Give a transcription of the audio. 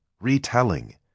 retelling